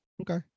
Okay